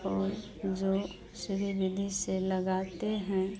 और जो सिरी विधि से लगाते हैं